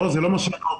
זה לא מה שאמרתי.